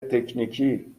تکنیکی